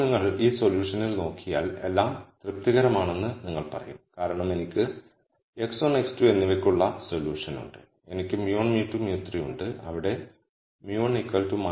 ഇപ്പോൾ നിങ്ങൾ ഈ സൊല്യൂഷൻ നോക്കിയാൽ എല്ലാം തൃപ്തികരമാണെന്ന് നിങ്ങൾ പറയും കാരണം എനിക്ക് x1 x2 എന്നിവയ്ക്കുള്ള സൊല്യൂഷൻ ഉണ്ട് എനിക്ക് μ1 μ2 μ3 ഉണ്ട് അവിടെ μ1 4